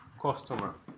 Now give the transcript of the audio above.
customer